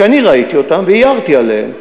אני ראיתי אותן והערתי עליהן,